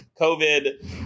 COVID